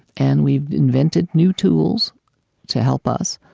and we've invented new tools to help us,